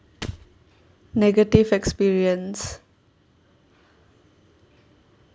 negative experience